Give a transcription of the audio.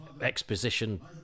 exposition